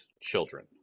children